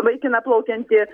vaikiną plaukiantį